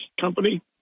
company